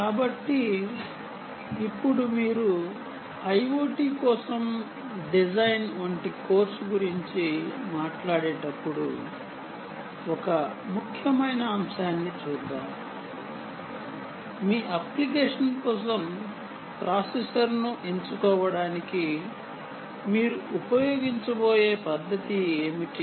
కాబట్టి ఇప్పుడు మీరు IoT కోసం డిజైన్ వంటి కోర్సు గురించి మాట్లాడేటప్పుడు ఒక ముఖ్యమైన అంశాన్ని చూద్దాం మీ అప్లికేషన్ కోసం ప్రాసెసర్ను ఎంచుకోవడానికి మీరు ఉపయోగించబోయే పద్ధతి ఏమిటి